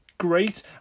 great